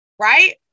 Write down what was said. Right